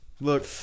Look